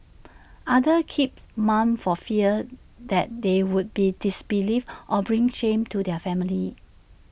others keep mum for fear that they would be disbelieved or bring shame to their family